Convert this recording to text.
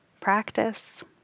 practice